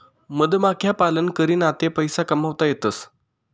मधमाख्या पालन करीन आते पैसा कमावता येतसं